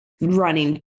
running